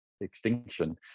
extinction